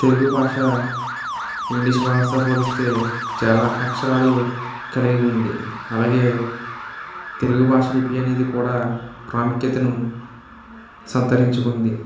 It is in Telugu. తెలుగు భాష ఇంగ్లీష్ భాషతో పోలిస్తే చాలా అక్షరాలు కలిగి ఉంది అలాగే తెలుగు భాష లిపి అనేది కూడా ప్రాముఖ్యతను సంతరించుకుంది